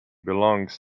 belongs